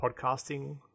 podcasting